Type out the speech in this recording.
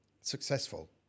successful